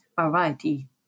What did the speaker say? variety